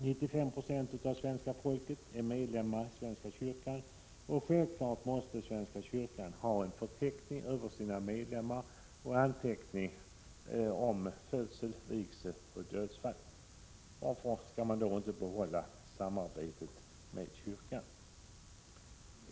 95 Jo av svenska folket är medlemmar i svenska kyrkan, och självklart måste svenska kyrkan ha en förteckning över sina medlemmar och en anteckning om födsel, vigsel och dödsfall. Varför kan man då inte behålla samarbetet med kyrkan?